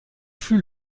fut